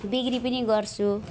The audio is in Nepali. बिक्री पनि गर्छु